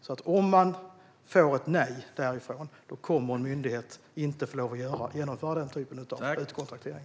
Får myndigheten ett nej därifrån får den inte lov att genomföra den typen av utkontraktering.